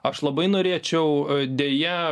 aš labai norėčiau deja